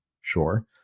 sure